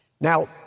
Now